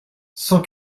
cent